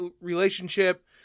relationship